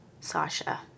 Sasha